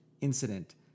incident